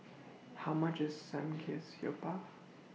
How much IS Samgeyopsal